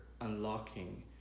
unlocking